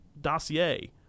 dossier